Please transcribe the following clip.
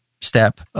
step